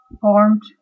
Formed